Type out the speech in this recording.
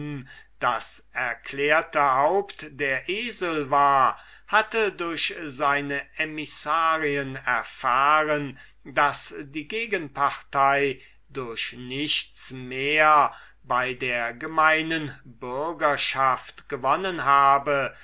das erklärte haupt der esel war hatte durch seine emissarien erfahren daß die gegenpartei durch nichts mehr bei der gemeinen bürgerschaft gewonnen habe